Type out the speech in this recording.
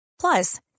plus